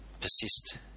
persist